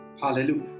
Hallelujah